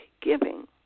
giving